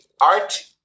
art